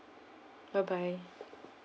bye bye